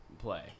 Play